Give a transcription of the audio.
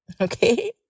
Okay